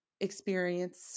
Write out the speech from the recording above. experience